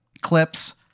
clips